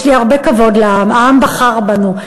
יש לי הרבה כבוד לעם, העם בחר בנו.